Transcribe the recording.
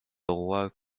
roi